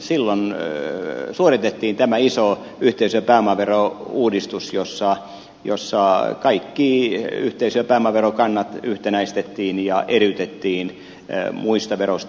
silloin suoritettiin tämä iso yhteisö ja pääomaverouudistus jossa kaikki yhteisö ja pääomaverokannat yhtenäistettiin ja eriytettiin muista veroista